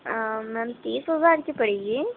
میم تیس ہزار کی پڑے گی